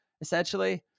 essentially